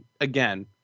again